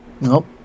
Nope